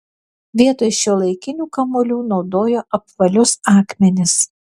vietoj šiuolaikinių kamuolių naudojo apvalius akmenis